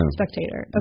spectator